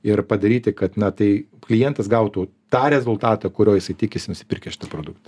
ir padaryti kad tai klientas gautų tą rezultatą kurio jisai tikisi nusipirkęs šitą produktą